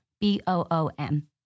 B-O-O-M